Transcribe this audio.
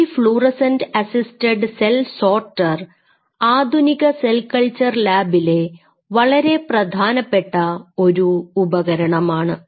ഈ fluorescent assisted cell sorter ആധുനിക cell culture ലാബിലെ വളരെ പ്രധാനപ്പെട്ട ഒരു ഉപകരണമാണ്